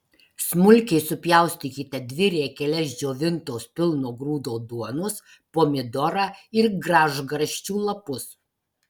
smulkiai supjaustykite dvi riekeles džiovintos pilno grūdo duonos pomidorą ir gražgarsčių lapus